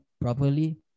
properly